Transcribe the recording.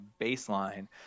baseline